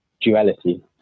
duality